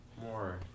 More